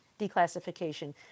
declassification